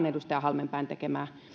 edustaja halmeenpään tekemää